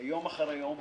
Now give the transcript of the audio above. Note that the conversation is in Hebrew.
יום אחרי יום,